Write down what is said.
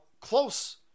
close